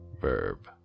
verb